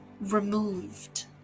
Removed